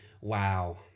Wow